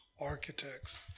architects